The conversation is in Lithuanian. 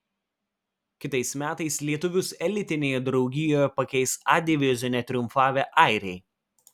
kitais metais lietuvius elitinėje draugijoje pakeis a divizione triumfavę airiai